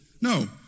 No